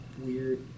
weird